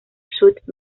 south